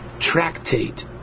tractate